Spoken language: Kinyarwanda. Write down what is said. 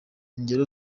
ingero